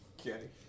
Okay